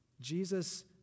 Jesus